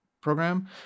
program